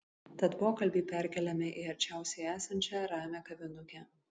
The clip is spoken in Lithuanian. tad pokalbį perkeliame į arčiausiai esančią ramią kavinukę